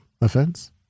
offense